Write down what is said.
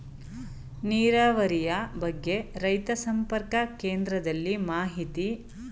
ನೀರಾವರಿಯ ಬಗ್ಗೆ ರೈತ ಸಂಪರ್ಕ ಕೇಂದ್ರದಲ್ಲಿ ಮಾಹಿತಿ ಪಡೆಯಬಹುದೇ?